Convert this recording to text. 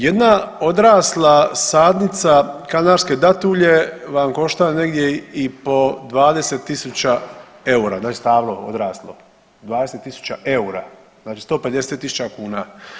Jedna odrasla sadnica kanarske datulje vam košta negdje i po 20 tisuća eura, znači stablo odraslo 20 tisuća eura, znači 150 tisuća kuna.